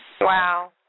Wow